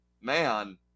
man